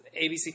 ABC